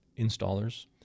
installers